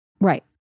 Right